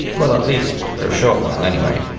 well, at least for a short while, anyway.